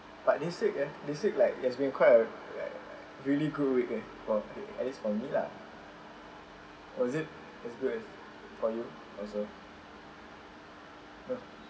but this week eh this week like it's been quite alike like really cool week eh for at least for me lah was it as good as for you also no